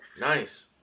Nice